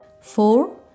four